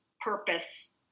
purpose